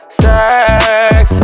sex